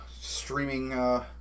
streaming